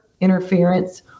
interference